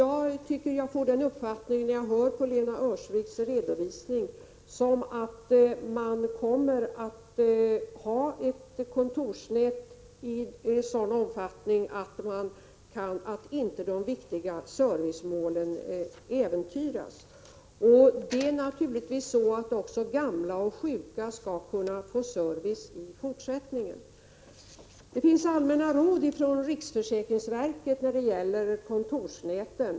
Jag får den uppfattningen när jag hör på Lena Öhrsviks redovisning att man kommer att ha ett kontorsnät av sådan omfattning att det viktiga servicemålet inte äventyras. De gamla och sjuka skall naturligtvis kunna få service också i fortsättningen. Det finns allmänna råd från riksförsäkringsverket när det gäller kontorsnät.